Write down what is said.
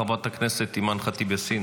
חברת הכנסת אימאן ח'טיב יאסין,